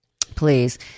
Please